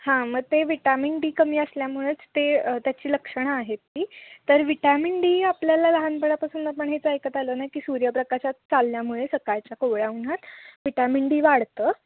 हां मग ते विटॅमिन डी कमी असल्यामुळेच ते त्याची लक्षणं आहेत ती तर व्हिटॅमिन डी आपल्याला लहानपणापासून आपण हेच ऐकत आलो ना की सूर्यप्रकाशात चालल्यामुळे सकाळच्या कोवळ्या उन्हात विटॅमिन डी वाढतं